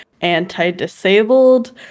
anti-disabled